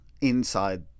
inside